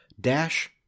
Dash